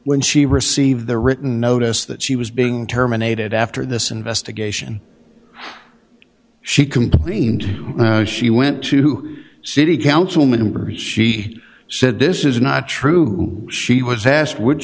when she received the written notice that she was being terminated after this investigation how she complained she went to city council members she said this is not true she was asked w